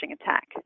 attack